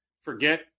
Forget